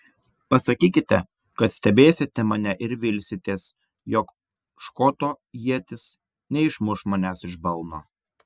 pasakykite kad stebėsite mane ir vilsitės jog škoto ietis neišmuš manęs iš balno